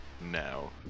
now